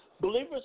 Believers